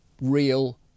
real